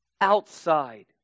outside